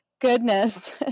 Goodness